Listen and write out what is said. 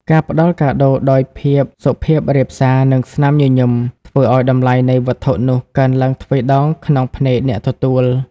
ការផ្ដល់កាដូដោយភាពសុភាពរាបសារ និងស្នាមញញឹម ធ្វើឱ្យតម្លៃនៃវត្ថុនោះកើនឡើងទ្វេដងក្នុងភ្នែកអ្នកទទួល។